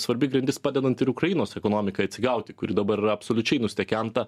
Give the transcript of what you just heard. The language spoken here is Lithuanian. svarbi grandis padedant ir ukrainos ekonomikai atsigauti kuri dabar yra absoliučiai nustekenta